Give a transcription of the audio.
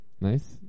Nice